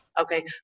okay